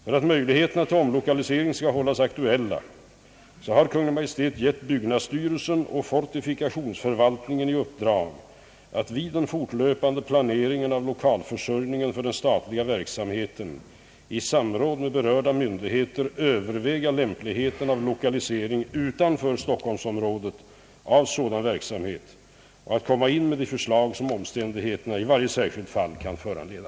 För att möjligheterna till omlokalisering skall hållas aktuella har Kungl. Maj:t gett byggnadsstyrelsen och fortifikationsförvaltningen i uppdrag att vid den fortlöpande planeringen av lokalförsörjningen för den statliga verksamheten i samråd med berörda myndig heter överväga lämpligheten av lokalisering utanför stockholmsområdet av sådan verksamhet och att komma in med de förslag som omständigheterna i varje särskilt fall kan föranleda.